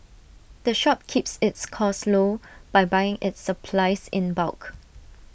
the shop keeps its costs low by buying its supplies in bulk